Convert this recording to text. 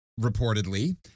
reportedly